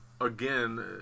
again